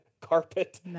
carpet